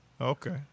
Okay